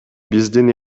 биздин